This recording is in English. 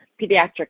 pediatric